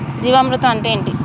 జీవామృతం అంటే ఏంటి?